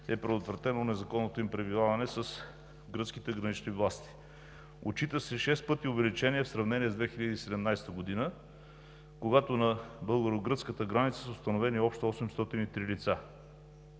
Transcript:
е предотвратено с гръцките гранични власти. Отчита се 6 пъти увеличение в сравнение с 2017 г., когато на българо-гръцката граница са установени общо 803 лица.